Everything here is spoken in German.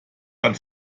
dann